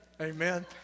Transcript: amen